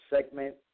segment